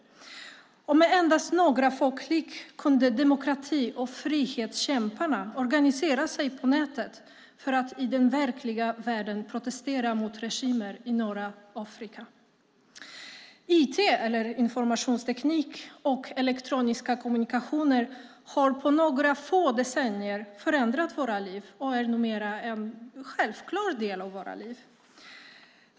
Med endast några få klick kunde demokrati och frihetskämparna organisera sig på nätet för att i den verkliga världen protestera mot regimer i norra Afrika. IT, eller informationsteknik, och elektroniska kommunikationer har på några få decennier förändrat våra liv och är numera en självklar del av våra liv.